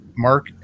Mark